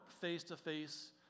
face-to-face